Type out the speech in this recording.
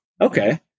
okay